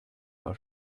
for